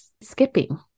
skipping